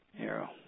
arrow